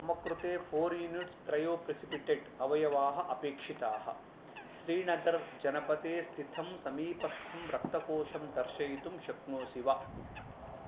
मम कृते four units cryoprecipitate अवयवाः अपेक्षिताः श्रीनगर् जनपदे स्थितं समीपस्थं रक्तकोषं दर्शयितुं शक्नोषि वा